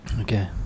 Okay